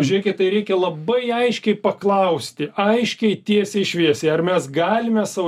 žėkit tai reikia labai aiškiai paklausti aiškiai tiesiai šviesiai ar mes galime sau